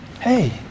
hey